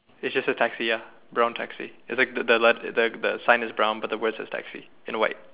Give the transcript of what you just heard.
it's just a taxi ya brown taxi it's like the the l~ the the sign is brown but the words is taxi in white